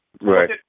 Right